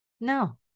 No